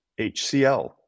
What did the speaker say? HCL